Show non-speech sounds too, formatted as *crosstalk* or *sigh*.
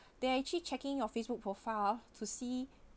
they are actually checking your facebook profile to see *breath*